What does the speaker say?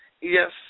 Yes